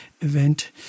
event